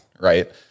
right